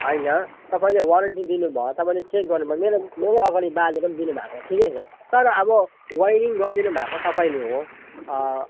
होइन तपाईँले वारेन्टी दिनु भयो तपाईँले चेक गर्नु भयो मेरै मेरै अगाडि बालेर पनि दिनु भएको ठिकै छ तर अब वाइरिङ गरिदिनु भएको तपाईँले हो